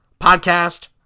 podcast